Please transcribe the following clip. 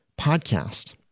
podcast